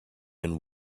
and